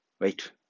wait